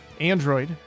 Android